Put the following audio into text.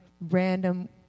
random